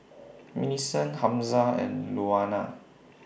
Millicent Hamza and Louanna